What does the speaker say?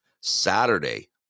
Saturday